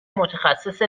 متخصص